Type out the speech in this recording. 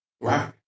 Right